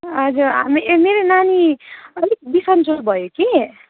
हजुर मेरो नानी अलिक बिसञ्चो भयो कि